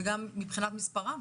וגם מבחינת מספרם.